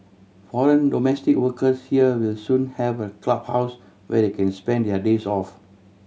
foreign domestic workers here will soon have a clubhouse where they can spend their days off